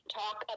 talk